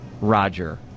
Roger